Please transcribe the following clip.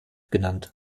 genannt